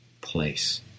place